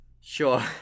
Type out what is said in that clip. Sure